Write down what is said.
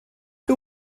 der